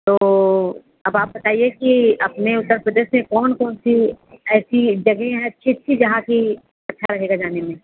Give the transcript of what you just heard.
तो अब आप बताइए कि अपने उत्तर प्रदेश में कौन कौन सी ऐसी जगह हैं अच्छी अच्छी जहाँ पर अच्छा रहेगा जाने में